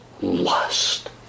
lust